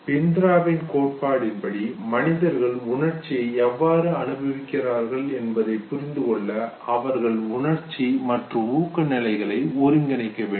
பிந்த்ராவின் கோட்பாட்டின் படி மனிதர்கள் உணர்ச்சியை எவ்வாறு அனுபவிக்கிறார்கள் என்பதைப் புரிந்துகொள்ள அவர்கள் உணர்ச்சி மற்றும் ஊக்க நிலைகளை ஒருங்கிணைக்க வேண்டும்